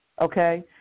okay